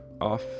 off